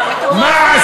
את המואזין גם.